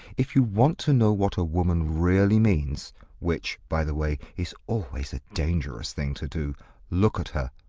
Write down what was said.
if you want to know what a woman really means which, by the way, is always a dangerous thing to do look at her,